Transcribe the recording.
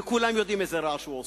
וכולם יודעים איזה רעש הוא עושה.